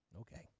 Okay